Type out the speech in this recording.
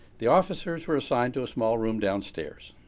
the officers were assigned to small room downstairs.